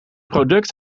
product